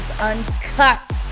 uncut